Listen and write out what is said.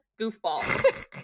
goofball